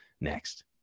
Next